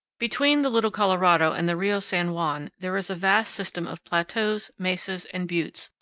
between the little colorado and the rio san juan there is a vast system of plateaus, mesas, and buttes,